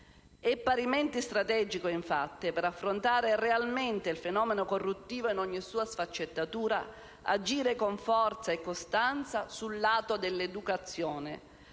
È parimenti strategico, infatti, per affrontare realmente il fenomeno corruttivo in ogni sua sfaccettatura, agire con forza e costanza sul lato dell'educazione,